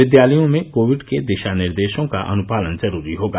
विद्यालयों में कोविड के दिशा निर्देशों का अनुपालन जरूरी होगा